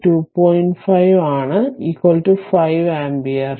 5 ആണ് 5 ആമ്പിയർ